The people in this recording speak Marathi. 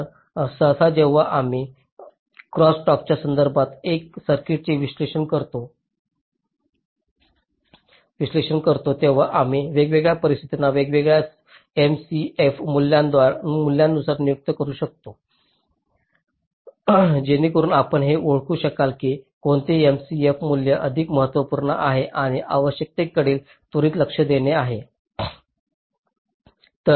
तर सहसा जेव्हा आम्ही क्रॉसटल्कच्या संदर्भात एका सर्किटचे विश्लेषण करतो तेव्हा आम्ही वेगवेगळ्या परिस्थितींना वेगवेगळ्या MCF मूल्यांनुसार नियुक्त करू शकतो जेणेकरुन आपण हे ओळखू शकता की कोणते MCF मूल्य अधिक महत्त्वपूर्ण आहे आणि आवश्यकतेकडे त्वरित लक्ष देणे आवश्यक आहे